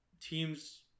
teams